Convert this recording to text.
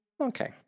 Okay